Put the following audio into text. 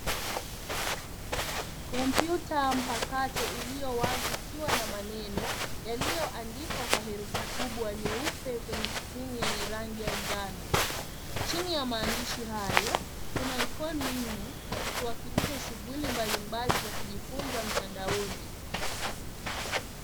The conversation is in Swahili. Kompyuta mpakato iliyo wazi, ikiwa na maneno yaliyoandikwa kwa herufi kubwa nyeupe kwenye skrini ya rangi ya njano. Chini ya maandishi hayo, kuna ikoni nne, zikiwakilisha shughuli mbalimbali za kujifunza mtandaoni.